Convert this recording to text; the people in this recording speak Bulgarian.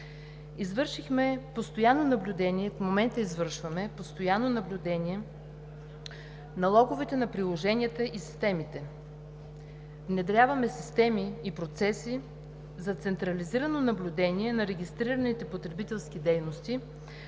Извършихме постоянно наблюдение и в момента извършваме постоянно наблюдение на логовете на приложенията и системите; внедряваме системи и процеси за централизирано наблюдение на регистрираните потребителски дейности